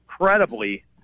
incredibly